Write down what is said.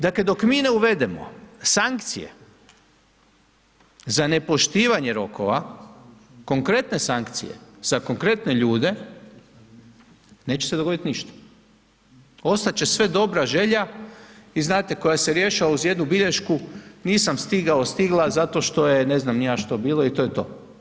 Dakle dok mi ne uvedemo sankcije za nepoštivanje rokova, konkretne sankcije za konkretne ljude, neće se dogoditi ništa, ostat će sve dobra želja i znate koja se rješava uz jednu bilješku nisam stigao/stigla zato što je ne znam ni ja što bilo i to je to.